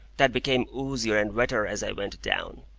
that became oozier and wetter as i went down.